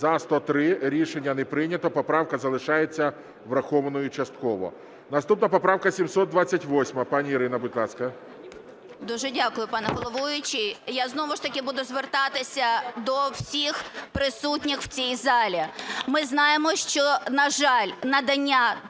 За-103 Рішення не прийнято. Поправка залишається врахованою частково. Наступна поправка 728. Пані Ірина, будь ласка. 13:40:59 ФРІЗ І.В. Дуже дякую, пане головуючий. Я знову ж таки буду звертатися до всіх присутніх в цій залі. Ми знаємо, що, на жаль, надання